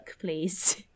please